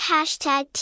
Hashtag